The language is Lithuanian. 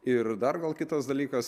ir dar gal kitas dalykas